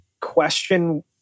question